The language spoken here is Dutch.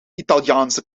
italiaanse